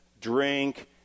drink